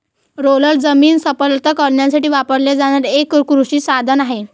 roller हे जमीन समतल करण्यासाठी वापरले जाणारे एक कृषी साधन आहे